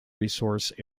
resource